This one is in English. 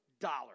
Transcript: dollars